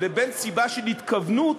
לבין סיבה של התכוונות,